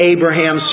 Abraham